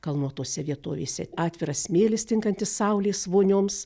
kalnuotose vietovėse atviras smėlis tinkantis saulės vonioms